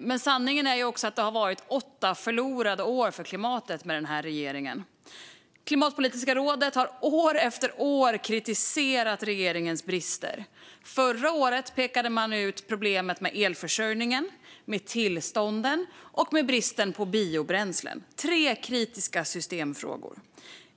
Men sanningen är också att det har varit åtta förlorade år för klimatet med den här regeringen. Klimatpolitiska rådet har år efter år kritiserat regeringens brister. Förra året pekade man ut problemet med elförsörjningen, med tillstånden och med bristen på biobränslen. Det är tre kritiska systemfrågor.